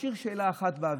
הוא השאיר שאלה אחת באוויר,